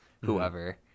whoever